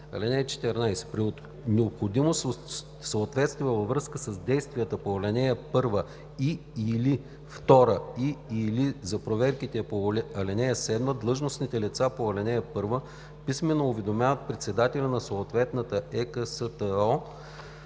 „(14) При необходимост от съдействие във връзка с действията по ал. 1 и/или 2 и/или за проверките по ал. 7 длъжностните лица по ал. 1 писмено уведомяват председателя на съответната ЕКСТО,